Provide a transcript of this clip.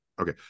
Okay